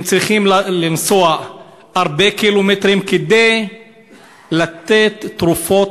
והם צריכים לנסוע הרבה קילומטרים כדי לתת תרופות,